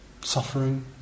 suffering